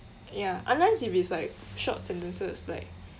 ya unless if it's like short sentences like